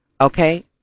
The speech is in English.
Okay